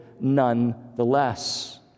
nonetheless